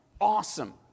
awesome